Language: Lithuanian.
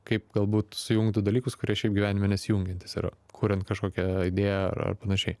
kaip galbūt sujungti dalykus kurie šiaip gyvenime nesijungiantys yra kuriant kažkokią idėją ar ar panašiai